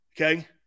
Okay